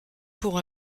pour